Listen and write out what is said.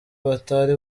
batari